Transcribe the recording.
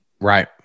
Right